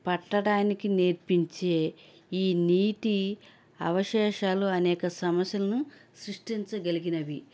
పట్టటానికి నేర్పించే ఈ నీటి అవశేషాలు అనేక సమస్యలను సృష్టించగలిగినవి